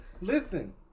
Listen